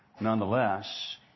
Nonetheless